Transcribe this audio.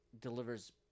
delivers